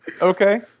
Okay